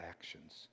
actions